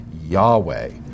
Yahweh